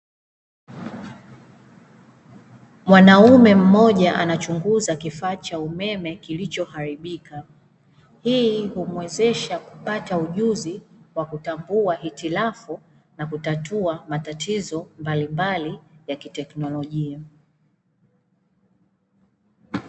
Mwanaume mmoja anachunguza kifaa cha umeme kilichoharibika, hii humwezesha kupata ujuzi wa kutambua hitilafu na kutatua matatizo mbalimbali ya kiteknolojia.